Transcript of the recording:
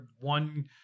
one